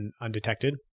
undetected